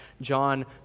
John